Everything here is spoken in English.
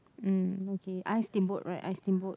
um okay I steam boat right I steam boat